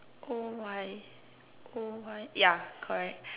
O_Y O_Y ya correct